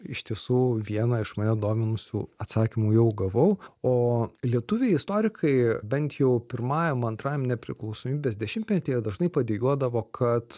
iš tiesų vieną iš mane dominusių atsakymų jau gavau o lietuviai istorikai bent jau pirmajam antrajam nepriklausomybės dešimtmetyje dažnai padejuodavo kad